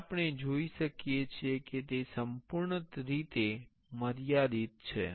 હવે આપણે જોઈ શકીએ છીએ કે તે સંપૂર્ણ રીતે મર્યાદિત છે